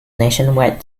nationwide